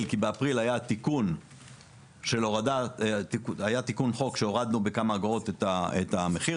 כי באפריל היה תיקון חוק שהוריד בכמה אגורות את המחיר,